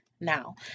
Now